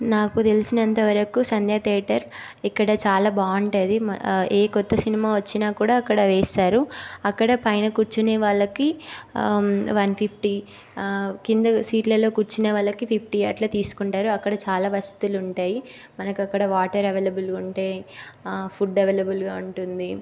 నాకు తెలిసినంత వరకు సంధ్య థియేటర్ ఇక్కడ చాలా బాగుంటుంది మ ఏ కొత్త సినిమా వచ్చినా కూడా అక్కడ వేస్తారు అక్కడ పైన కుర్చునే వాళ్ళకి వన్ ఫిఫ్టీ కింద సీట్లలో కూర్చునే వాళ్ళకి ఫిఫ్టీ అట్లా తీసుకుంటరు అక్కడ చాలా వసతులుంటాయి మనకి అక్కడ వాటర్ అవైలబుల్గా ఉంటాయి ఫుడ్ అవైలబుల్గా ఉంటుంది